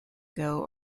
gogh